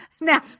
Now